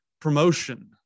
promotion